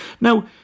Now